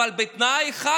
אבל בתנאי אחד,